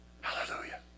hallelujah